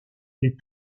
est